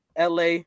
LA